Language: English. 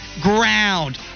ground